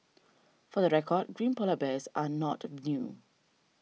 for the record green Polar Bears are not new